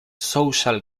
social